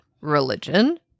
religion